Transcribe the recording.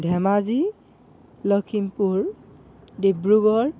Dhemaji Lakhimpur Dibrugarh